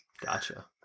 Gotcha